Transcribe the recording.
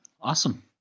Awesome